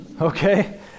okay